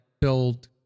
build